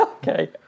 Okay